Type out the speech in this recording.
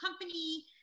company